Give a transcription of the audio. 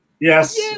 Yes